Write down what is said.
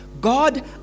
God